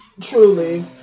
truly